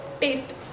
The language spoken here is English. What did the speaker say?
taste